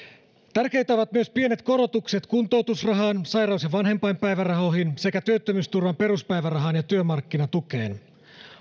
tärkeitä ovat myös pienet korotukset kuntoutusrahaan sairaus ja vanhempainpäivärahoihin sekä työttömyysturvan peruspäivärahaan ja työmarkkinatukeen